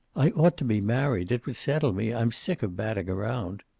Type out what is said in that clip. i ought to be married. it would settle me. i'm sick of batting round.